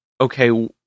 okay